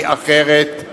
היא אחרת,